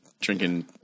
drinking